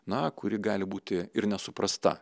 na kuri gali būti ir nesuprasta